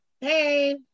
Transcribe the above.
Hey